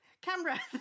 Camera